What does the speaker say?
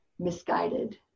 misguided